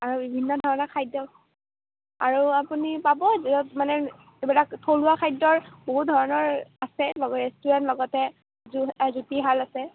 আৰু বিভিন্ন ধৰণৰ খাদ্য আৰু আপুনি পাব য'ত মানে সেইবিলাক থলুৱা খাদ্যৰ বহু ধৰণৰ আছে ৰেষ্টুৰেণ্ট লগতে জুতিশাল আছে